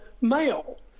male